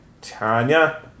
tanya